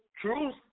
truth